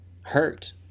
Hurt